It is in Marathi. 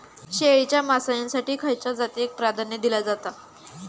शेळीच्या मांसाएसाठी खयच्या जातीएक प्राधान्य दिला जाता?